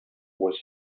was